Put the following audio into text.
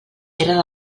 eren